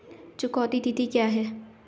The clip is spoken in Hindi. चुकौती तिथि क्या है?